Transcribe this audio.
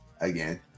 again